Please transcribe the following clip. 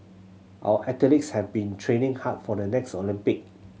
our athletes have been training hard for the next Olympic